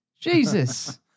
Jesus